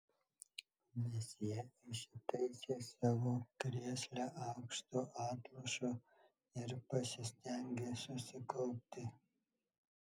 mesjė įsitaisė savo krėsle aukštu atlošu ir pasistengė susikaupti